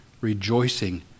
rejoicing